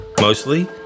Mostly